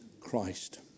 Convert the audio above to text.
Christ